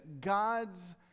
God's